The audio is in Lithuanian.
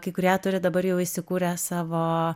kai kurie turi dabar jau įsikūrę savo